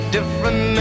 Different